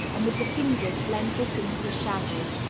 and with the fingers blend this into a shadow.